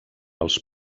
els